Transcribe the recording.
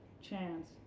chance